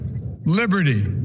Liberty